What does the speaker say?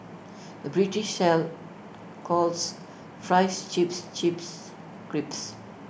the British sell calls Fries Chips Chips crisps